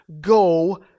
go